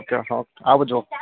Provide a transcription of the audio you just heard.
okay okay આવજો